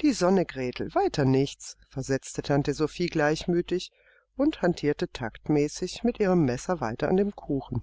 die sonne gretel weiter nichts versetzte tante sophie gleichmütig und hantierte taktmäßig mit ihrem messer weiter an dem kuchen